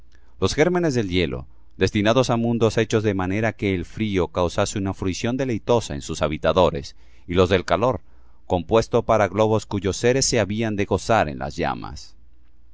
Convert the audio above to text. los gérmenes del hielo destinados á mundos hechos de manera que el frío causase una fruición deleitosa en sus habitadores y los del calor compuestos para globos cuyos seres se habían de gozar en las llamas